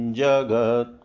jagat